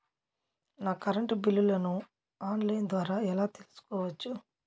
నా కరెంటు బిల్లులను online ద్వారా ఎలా తెలుసుకోవచ్చు?